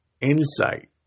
Insight